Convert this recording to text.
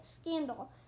scandal